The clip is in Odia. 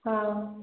ହଁ